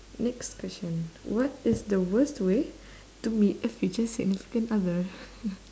next question what is the worst way to meet a future significant other